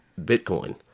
Bitcoin